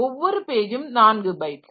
ஒவ்வொரு பேஜும் 4 பைட்ஸ்